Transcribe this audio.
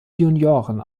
junioren